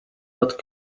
not